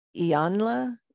Ianla